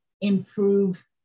improve